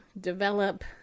develop